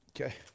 Okay